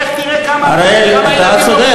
לך תראה כמה ילדים, אראל, אתה צודק.